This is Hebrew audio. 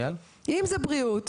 אם זה בריאותו,